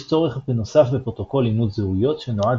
יש צורך בנוסף בפרוטוקול אימות זהויות שנועד